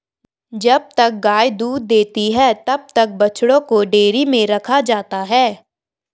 जब तक गाय दूध देती है तब तक बछड़ों को डेयरी में रखा जाता है